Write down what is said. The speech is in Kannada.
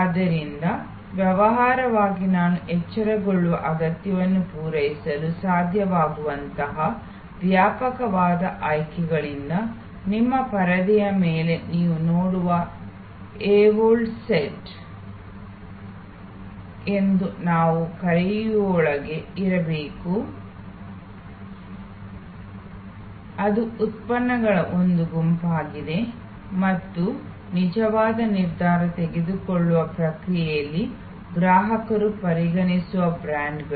ಆದ್ದರಿಂದ ವ್ಯವಹಾರವಾಗಿ ನಾವು ಎಚ್ಚರಗೊಳ್ಳುವ ಅಗತ್ಯವನ್ನು ಪೂರೈಸಲು ಸಾಧ್ಯವಾಗುವಂತಹ ವ್ಯಾಪಕವಾದ ಆಯ್ಕೆಗಳಿಂದ ನಿಮ್ಮ ಪರದೆಯ ಮೇಲೆ ನೀವು ನೋಡುವ ಎವೋಕ್ಡ್ ಸೆಟ್ ಎಂದು ನಾವು ಕರೆಯುವೊಳಗೆ ಇರಬೇಕು ಅದು ಉತ್ಪನ್ನಗಳ ಒಂದು ಗುಂಪಾಗಿದೆ ಮತ್ತು ನಿಜವಾದ ನಿರ್ಧಾರ ತೆಗೆದುಕೊಳ್ಳುವ ಪ್ರಕ್ರಿಯೆಯಲ್ಲಿ ಗ್ರಾಹಕರು ಪರಿಗಣಿಸುವ ಬ್ರ್ಯಾಂಡ್ಗಳು